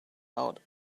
out